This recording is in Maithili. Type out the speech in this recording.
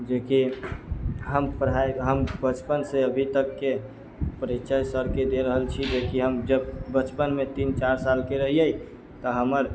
जे कि हम पढाइ हम बचपन से अभी तक के परिचय सरके दे रहल छी जे कि हम जब बचपन मे तीन चारि साल के रहियै तऽ हमर